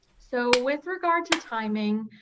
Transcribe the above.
so with regard to timing,